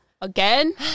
again